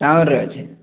ଟାଉନ୍ରେ ଅଛି